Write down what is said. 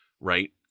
Right